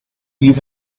you